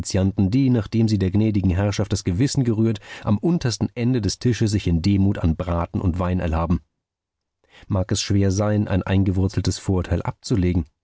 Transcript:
die nachdem sie der gnädigen herrschaft das gewissen gerührt am untersten ende des tisches sich in demut an braten und wein erlaben mag es schwer sein ein eingewurzeltes vorurteil abzulegen